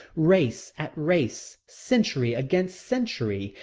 race at race, century against century,